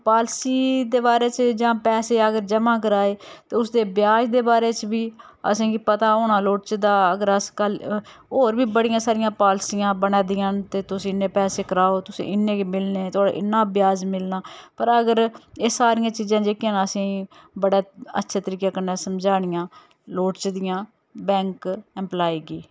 policy दे बारे च जां पैसै अगर जमा कराए ते उसदे ब्याज दे बारे च बी असेंगी पता होना लोड़चदा अगर अस कल होर बी बड़ियां सारियां पालिसियां बना दियां न तुस इन्ने पैसे कराओ तुसेंगी इन्ने गै मिलने थुआढ़ा इन्ना ब्याज मिलना पर अगर एह् सारियां चीजां जेह्कियां न असेंगी बड़े अच्छे तरीके कन्नै समझानियां लोड़चदियां बैंक एम्प्लाय गी